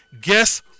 Guess